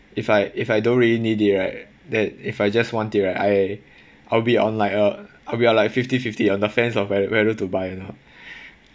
if I if I don't really need it right then if I just want it right I I'll be on like uh I'll be on like fifty fifty on the fence of whe~ whether to buy or not